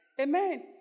Amen